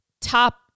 top